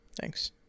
Thanks